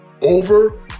over